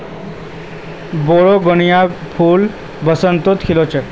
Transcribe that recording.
बोगनवेलियार फूल बसंतत खिल छेक